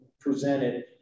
presented